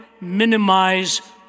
minimize